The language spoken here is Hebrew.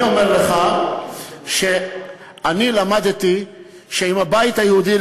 אני אומר לך שאני למדתי שעם הבית היהודי,